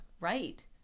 Right